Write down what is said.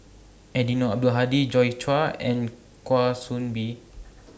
Eddino Abdul Hadi Joi Chua and Kwa Soon Bee